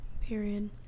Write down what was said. Period